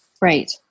Right